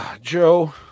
Joe